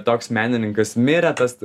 toks menininkas mirė tas